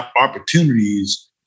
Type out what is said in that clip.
opportunities